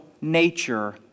nature